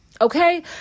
okay